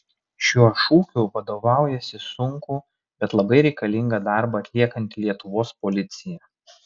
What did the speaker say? šiuo šūkiu vadovaujasi sunkų bet labai reikalingą darbą atliekanti lietuvos policija